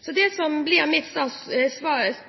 Så mitt